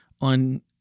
on